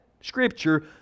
Scripture